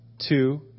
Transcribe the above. two